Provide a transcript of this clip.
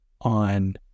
on